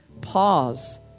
pause